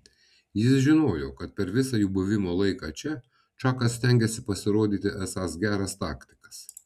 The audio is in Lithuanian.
jis žinojo kad per visą jų buvimo laiką čia čakas stengiasi pasirodyti esąs geras taktikas